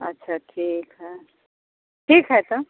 अच्छा ठीक है ठीक है तब